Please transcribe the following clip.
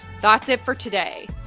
that's it for today.